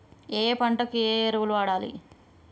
ఏయే పంటకు ఏ ఎరువులు వాడాలి?